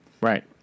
Right